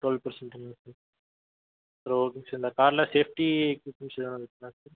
twelve பெர்சன்டுங்களா sir இந்த ஒரு நிமிஷம் இந்த கார்லாம் சேஃப்ட்டி இருக்குங்களா சார்